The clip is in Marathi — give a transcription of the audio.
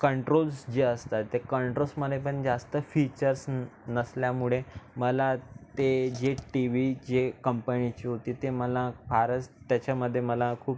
कंट्रोल्स जे असतात ते कंट्रोसमध्ये पण जास्त फीचर्स न नसल्यामुळे मला ते जे टी वी जे कंपनीचे होती ते मला फारच त्याच्यामध्ये मला खूप